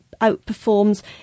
outperforms